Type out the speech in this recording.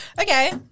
Okay